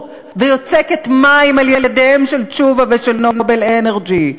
ויוצקת מים על ידיהם של תשובה ושל "נובל אנרג'י".